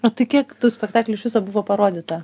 o tai kiek tų spektaklių iš viso buvo parodyta